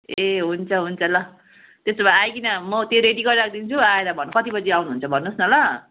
ए हुन्छ हुन्छ ल त्यसो भए आइकन म त्यो रेडी गरि राखिदिन्छु नि आएर भन् कति बजे आउनुहुन्छ भन्नुहोस् न ल